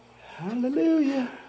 Hallelujah